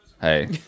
Hey